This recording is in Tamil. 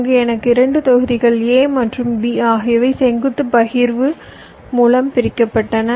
அங்கு எனக்கு 2 தொகுதிகள் A மற்றும் B ஆகியவை செங்குத்து பகிர்வு மூலம் பிரிக்கப்பட்டன